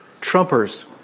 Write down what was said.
Trumpers